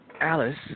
Alice